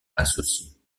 associée